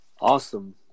Awesome